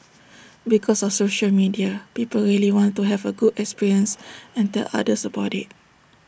because of social media people really want to have A good experience and tell others about IT